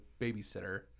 babysitter